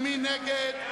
מי נגד?